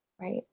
Right